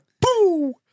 boo